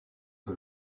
que